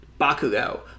Bakugo